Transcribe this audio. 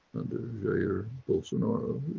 jair bolsonaro